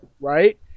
right